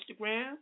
Instagram